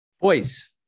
Boys